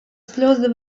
слезы